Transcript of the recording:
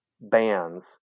bands